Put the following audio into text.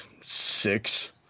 Six